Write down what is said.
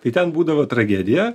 tai ten būdavo tragedija